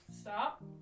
stop